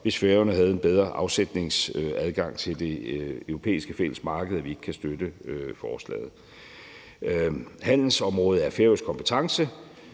hvis Færøerne havde en bedre afsætningsadgang til det europæiske fællesmarked, at vi ikke kan støtte forslaget. Handelsområdet er færøsk kompetence,